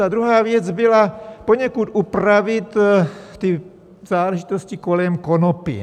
A druhá věc byla poněkud upravit ty záležitosti kolem konopí.